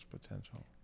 potential